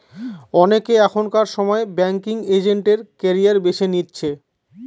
অনেকে এখনকার সময় ব্যাঙ্কিং এজেন্ট এর ক্যারিয়ার বেছে নিচ্ছে